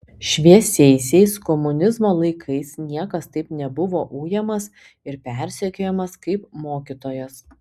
šviesiaisiais komunizmo laikais niekas taip nebuvo ujamas ir persekiojamas kaip mokytojas